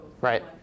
right